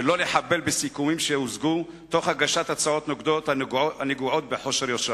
ולא לחבל בסיכומים שהושגו תוך הגשת הצעות נוגדות הנגועות בחוסר יושרה,